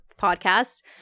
podcasts